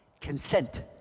Consent